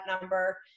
number